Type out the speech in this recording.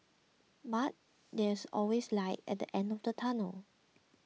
but there is always light at the end of the tunnel